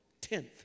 tenth